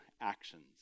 actions